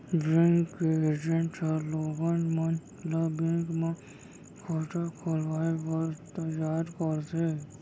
bank के agent ह लोगन मन ल बेंक म खाता खोलवाए बर तइयार करथे